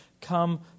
come